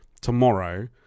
tomorrow